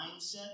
mindset